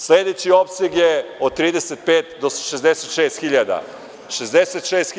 Sledeći opseg je od 35 do 66.000.